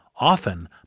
often